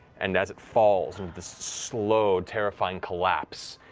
and as it falls, this slow, terrifying collapse,